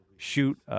shoot